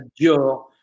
Dior